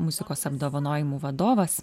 muzikos apdovanojimų vadovas